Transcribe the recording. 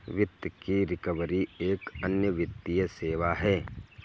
वित्त की रिकवरी एक अन्य वित्तीय सेवा है